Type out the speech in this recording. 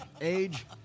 Age